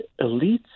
elites